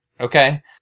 okay